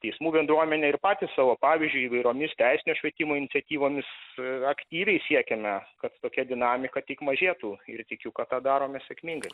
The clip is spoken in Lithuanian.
teismų bendruomenė ir patys savo pavyzdžiu įvairiomis teisinio švietimo iniciatyvomis aktyviai siekiame kad tokia dinamika tik mažėtų ir tikiu kad tą darome sėkmingai